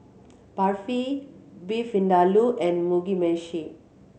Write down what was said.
Barfi Beef Vindaloo and Mugi Meshi